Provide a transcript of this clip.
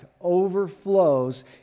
overflows